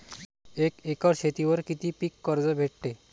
एक एकर शेतीवर किती पीक कर्ज भेटते?